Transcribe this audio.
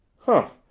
humph!